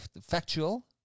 factual